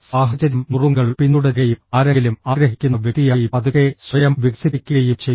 സാഹചര്യം നുറുങ്ങുകൾ പിന്തുടരുകയും ആരെങ്കിലും ആഗ്രഹിക്കുന്ന വ്യക്തിയായി പതുക്കെ സ്വയം വികസിപ്പിക്കുകയും ചെയ്യുന്നു